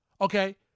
Okay